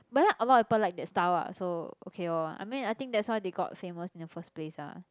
but then a lot of people like their style ah so okay lor I mean I think that's why they got famous in the first place lah